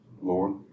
Lord